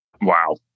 Wow